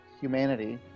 humanity